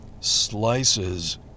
slices